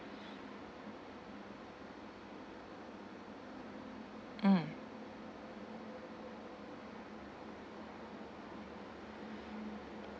mm